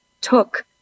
took